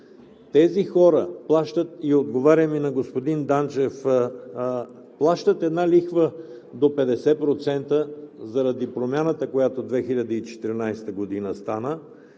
тези хора плащат. Отговарям и на господин Данчев, че една лихва до 50% е заради промяната, която в 2014 г. стана,